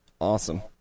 Awesome